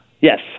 Yes